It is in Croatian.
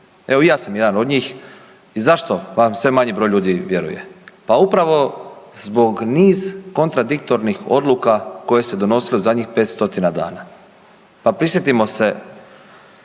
Evo i ja sam jedan od njih, zašto vam sve manji broj ljudi vjeruje? Pa upravo zbog niz kontradiktornih odluka koje su se donosile zadnjih 500 dana. Pa prisjetimo se